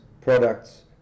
products